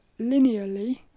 linearly